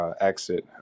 exit